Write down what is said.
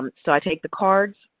um so i take the cards,